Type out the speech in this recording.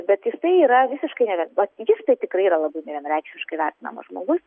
bet jisai yra visiškai never vat jis tai tikrai yra labai nevienareikšmiškai vertinamas žmogus